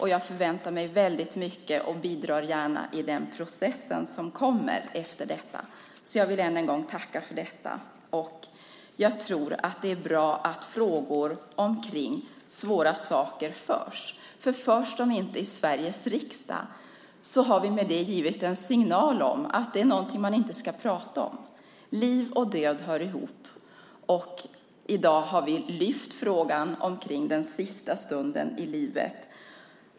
Jag förväntar mig väldigt mycket och bidrar gärna i den process som kommer efter den. Jag vill återigen tacka för detta. Jag tror att det är bra om debatter om svåra frågor förs, för förs de inte i Sveriges riksdag har vi med det givit en signal om att det är något man inte ska prata om. Liv och död hör ihop, och i dag har vi lyft fram frågan om den sista stunden i livet.